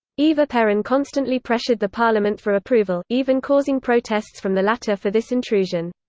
eva peron constantly pressured the parliament for approval, even causing protests from the latter for this intrusion.